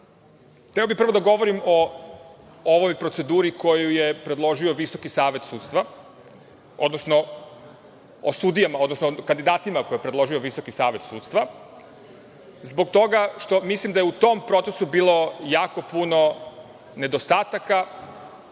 bih prvo da govorim o ovoj proceduri koju je predložio Visoki savet sudstva, odnosno o kandidatima koje je predložio Visoki savet sudstva, zbog toga što mislim da je u tom procesu bilo jako puno nedostataka